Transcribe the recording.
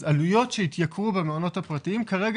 אז עלויות שיתייקרו במעונות הפרטיים כרגע